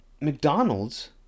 McDonald's